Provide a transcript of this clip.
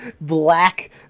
black